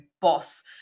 boss